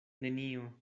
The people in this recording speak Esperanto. nenio